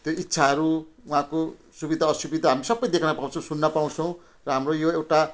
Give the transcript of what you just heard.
त्यो इच्छाहरू उहाँको सुविधा असुविधा हामी सबै देख्न पाउँछौँ सुन्न पाउँछौँ र हाम्रो यो एउटा